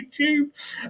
YouTube